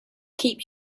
keep